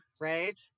right